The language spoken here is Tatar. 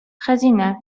хәзинә